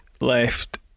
left